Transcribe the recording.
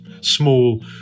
small